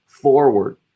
forward